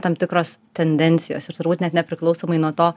tam tikros tendencijos ir turbūt net nepriklausomai nuo to